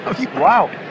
Wow